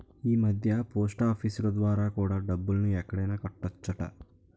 ఈమధ్య పోస్టాఫీసులు ద్వారా కూడా డబ్బుల్ని ఎక్కడైనా కట్టొచ్చట